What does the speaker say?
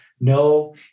no